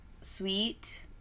Sweet